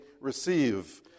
receive